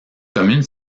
commune